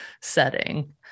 setting